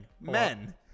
men